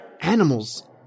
Animals